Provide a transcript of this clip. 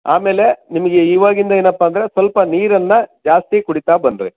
ಆಮೇಲೆ ನಿಮಗೆ ಈವಾಗಿಂದ ಏನಪ್ಪಾ ಅಂದರೆ ಸ್ವಲ್ಪ ನೀರನ್ನು ಜಾಸ್ತಿ ಕುಡೀತಾ ಬನ್ನಿರಿ